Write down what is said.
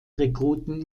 rekruten